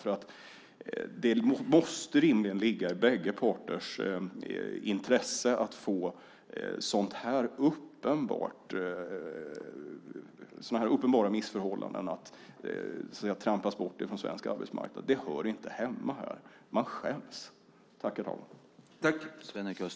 Det måste rimligen ligga i bägge parters intresse att få bort sådana här uppenbara missförhållanden från svensk arbetsmarknad. Det hör inte hemma här. Man skäms!